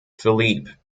philippe